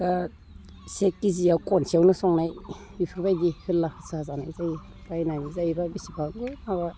बा से केजिया खनसेयावनो संनाय बिफोरबायदिखो जाजानाय जायो बायनानै जायोब्ला एसेबां माबा